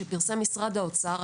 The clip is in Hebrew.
לפי הנתונים שפרסם משרד האוצר,